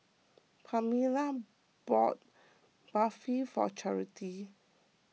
Pamella bought Barfi for Charity